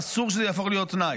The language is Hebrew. ואסור שזה יהפוך להיות תנאי.